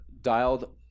dialed